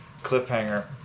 cliffhanger